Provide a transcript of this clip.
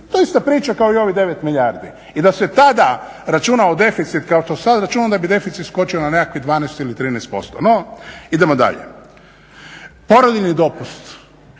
To je ista priča kao i ovih 9 milijardi i da se tada računao deficit kao što se sad računa onda bi deficit skočio na nekakvih 12 ili 13% no idemo dalje. Porodiljni dopust,